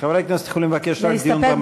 חברי הכנסת יכולים לבקש רק דיון במליאה.